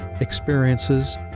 experiences